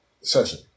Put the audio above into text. session